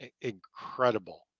incredible